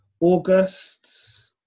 August